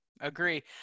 Agree